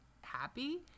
happy